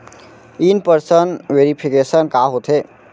In person verification का होथे?